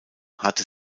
hatte